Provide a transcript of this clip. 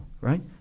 right